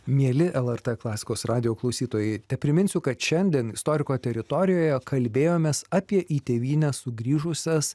mieli lrt klasikos radijo klausytojai tepriminsiu kad šiandien istoriko teritorijoje kalbėjomės apie į tėvynę sugrįžusias